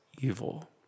evil